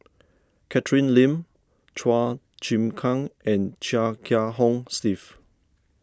Catherine Lim Chua Chim Kang and Chia Kiah Hong Steve